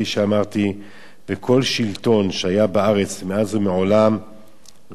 וכל שלטון שהיה בארץ מאז ומעולם רצה לתפוס את הפינה הזאת.